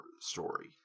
story